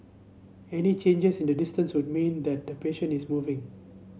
any changes in the distance would mean that the patient is moving